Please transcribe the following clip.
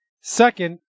Second